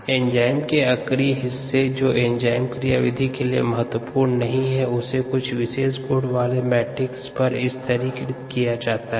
enzyme के अक्रिय हिस्से जो एंजाइम क्रियाविधि के लिए महत्वपूर्ण नहीं हैं उन्हें कुछ विशेष गुण वाले मैट्रिक्स पर स्थिरीकृत किया जाता है